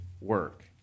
work